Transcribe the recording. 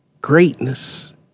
greatness